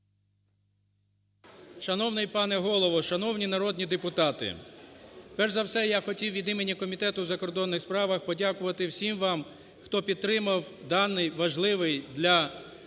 Шановний пане Голово, шановні народні депутати, перш за все, я хотів від імені Комітету в закордонних справах подякувати всім вам, хто підтримав даний важливий для